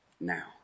Now